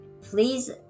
please